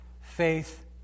faith